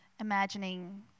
imagining